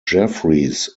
jeffries